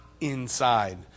inside